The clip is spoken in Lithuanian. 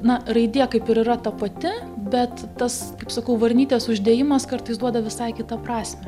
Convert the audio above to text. na raidė kaip ir yra ta pati bet tas kaip sakau varnytės uždėjimas kartais duoda visai kitą prasmę